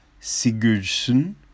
Sigurdsson